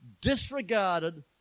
disregarded